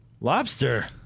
Lobster